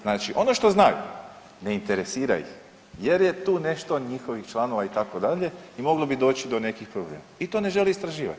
Znači ono što znaju ne interesira ih jer je tu nešto njihovih članova itd. i moglo bi doći do nekih problema i to ne žele istraživati.